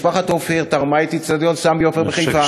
משפחת עופר תרמה את אצטדיון סמי עופר בחיפה,